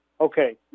Okay